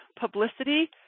publicity